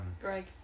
Greg